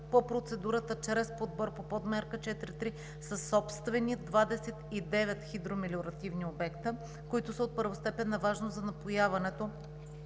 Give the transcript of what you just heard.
по процедурата чрез подбор по Подмярка 4.3 със собствени 29 хидромелиоративни обекта, които са от първостепенна важност за напояването